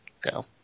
go